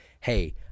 hey